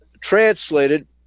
translated